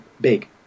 big